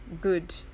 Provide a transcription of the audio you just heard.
good